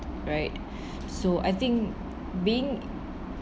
right so I think being